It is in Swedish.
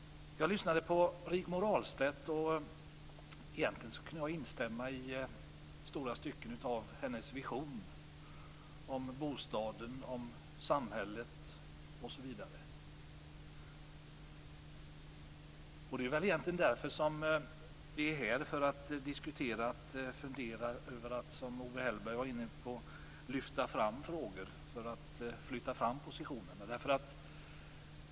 Jag lyssnade på Rigmor Ahlstedt, och egentligen skulle jag i stora stycken kunna instämma av hennes vision om bostaden, samhället osv. egentligen är vi här för att diskutera, fundera över och, som Owe Hellberg var inne på, lyfta fram frågor och flytta fram positionerna.